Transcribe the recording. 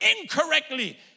incorrectly